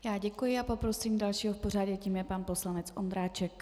Já děkuji a poprosím dalšího v pořadí a tím je pan poslanec Ondráček.